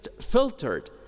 filtered